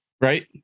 right